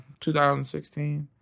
2016